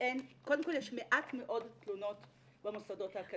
שאין --- קודם כל יש מעט מאוד תלונות במוסדות האקדמיים,